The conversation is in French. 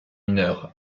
mineures